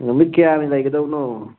ꯅꯨꯃꯤꯠ ꯀꯌꯥꯅꯤ ꯂꯩꯒꯗꯧꯕꯅꯣ